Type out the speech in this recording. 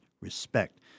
respect